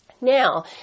now